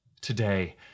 today